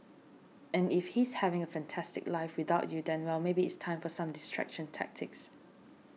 and if he's having a fantastic life without you then well maybe it's time for some distraction tactics